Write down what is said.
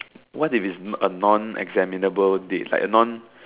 what if it's non a non-examinable date like a non